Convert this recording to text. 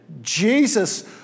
Jesus